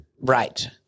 right